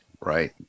Right